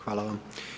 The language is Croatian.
Hvala vam.